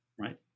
right